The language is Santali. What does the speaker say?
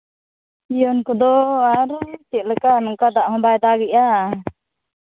ᱡᱤᱭᱚᱱ ᱠᱚᱫᱚ ᱟᱨ ᱪᱮᱫ ᱞᱮᱠᱟ ᱱᱚᱝᱠᱟ ᱫᱟᱜ ᱦᱚᱸ ᱵᱟᱭ ᱫᱟᱜᱮᱫᱼᱟ